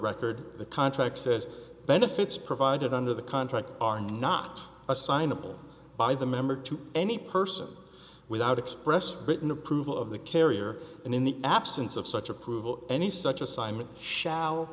record the contract says benefits provided under the contract are not assignable by the member to any person without express written approval of the carrier and in the absence of such approval any such assignment shall